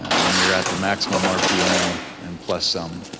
when you're at the maximum rpm and plus some,